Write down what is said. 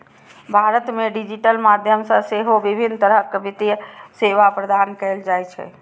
भारत मे डिजिटल माध्यम सं सेहो विभिन्न तरहक वित्तीय सेवा प्रदान कैल जाइ छै